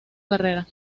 carrera